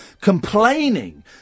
complaining